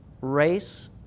Race